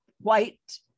white